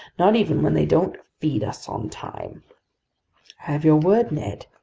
not even when they don't feed us on time. i have your word, ned,